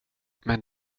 men